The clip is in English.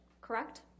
correct